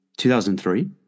2003